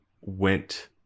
went